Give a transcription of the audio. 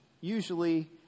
usually